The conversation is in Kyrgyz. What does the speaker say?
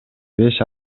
беш